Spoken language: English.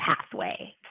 pathway